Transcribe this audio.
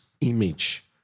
image